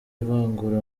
ivangura